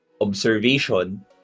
observation